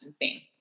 insane